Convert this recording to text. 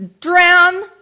Drown